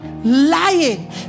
lying